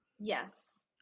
Yes